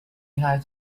نهاية